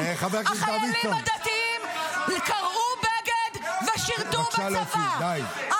החיילים הדתיים קרעו בגד ושירתו בצבא.